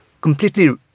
completely